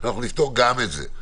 אנחנו נפתור גם את זה.